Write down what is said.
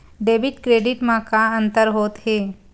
Debit credit मा का अंतर होत हे?